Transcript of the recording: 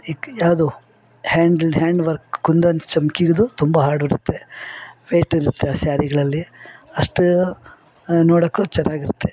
ಈ ಯಾವುದು hand hand work kundan ಚಮ್ಕಿದು ತುಂಬ ಹಾರ್ಡಿರುತ್ತೆ ವೇಟಿರುತ್ತೆ ಆ ಸ್ಯಾರಿಗಳಲ್ಲಿ ಅಷ್ಟು ನೋಡೋಕ್ಕು ಚೆನ್ನಾಗಿರುತ್ತೆ